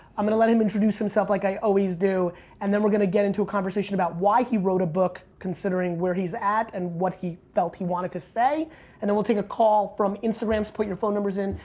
i'm gonna let him introduce himself like i always do and then we're gonna get into a conversation about why he wrote a book, considering where he's at and what he felt he wanted to say and then we'll take a call from instagram so put your phone numbers in,